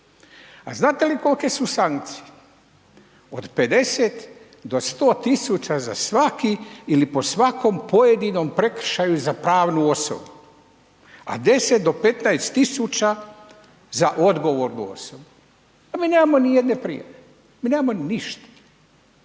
A znate li kolike su sankcije? Od 50 do 100 tisuća za svaki ili po svakom pojedinom prekršaju za pravnu osobu a 10 do 15 tisuća za odgovornu osobu. A mi nemamo ni jedne prijave, mi nemamo ništa.